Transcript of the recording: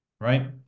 Right